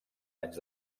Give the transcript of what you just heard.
anys